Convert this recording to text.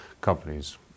companies